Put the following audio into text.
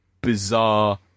Bizarre